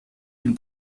ihn